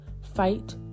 fight